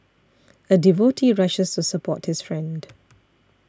a devotee rushes to support his friend